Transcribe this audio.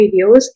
videos